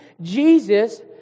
Jesus